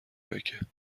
مکه